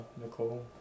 Nicole